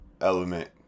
element